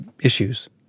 issues